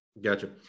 Gotcha